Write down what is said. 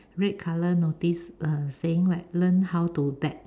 red color notice uh saying like learn how to bet